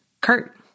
Kurt